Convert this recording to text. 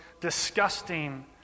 disgusting